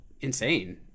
insane